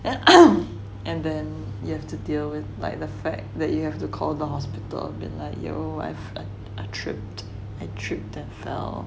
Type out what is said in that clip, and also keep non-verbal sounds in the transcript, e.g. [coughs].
[coughs] and then you have to deal with like the fact that you have to call the hospital and be like yo wife I tripped I tripped and fell